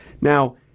Now